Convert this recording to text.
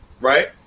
right